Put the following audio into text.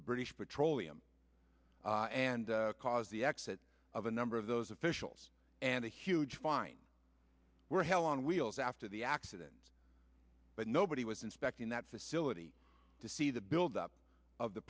british petroleum and cause the exit of a number of those officials and a huge fine were hell on wheels after the accident but nobody was inspecting that facility to see the build up of the